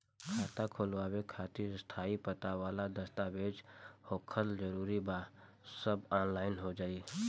खाता खोलवावे खातिर स्थायी पता वाला दस्तावेज़ होखल जरूरी बा आ सब ऑनलाइन हो जाई?